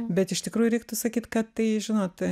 bet iš tikrųjų reiktų sakyt kad tai žinot